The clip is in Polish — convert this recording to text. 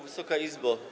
Wysoka Izbo!